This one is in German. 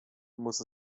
muss